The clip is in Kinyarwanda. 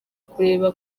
kureba